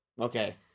Okay